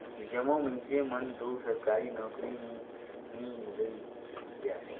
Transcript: जम्मो मइनसे मन दो सरकारी नउकरी में नी लइग जाएं